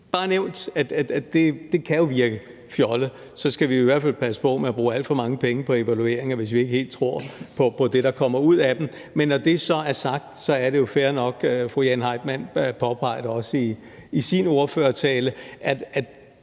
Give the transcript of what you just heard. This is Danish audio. at nævne, at det kan virke fjollet, og at vi i hvert fald skal passe på med at bruge alt for mange penge på evalueringer, hvis vi ikke helt tror på det, der kommer ud af dem. Men når det så er sagt, er det jo også fair nok – fru Jane Heitmann påpegede det også i sin ordførertale – at